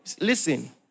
Listen